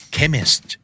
Chemist